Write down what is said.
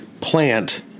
plant